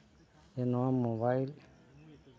ᱡᱮ ᱱᱚᱣᱟ ᱢᱳᱵᱟᱭᱤᱞ